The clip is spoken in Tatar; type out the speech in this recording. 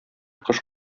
кош